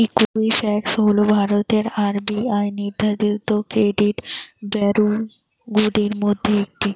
Equifax হল ভারতের RBI নিবন্ধিত ক্রেডিট ব্যুরোগুলির মধ্যে একটি